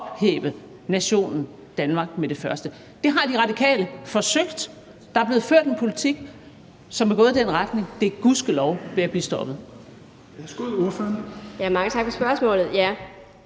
nationen Danmark med det første. Det har De Radikale forsøgt. Der er blevet ført en politik, som er gået i den retning. Det er gudskelov ved at blive stoppet.